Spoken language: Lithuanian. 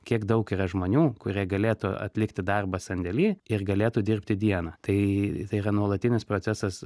kiek daug yra žmonių kurie galėtų atlikti darbą sandėly ir galėtų dirbti dieną tai tai yra nuolatinis procesas